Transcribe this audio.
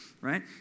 right